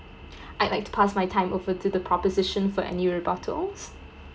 I'd like to pass my time over to the proposition for any rebuttals